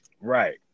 Right